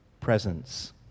presence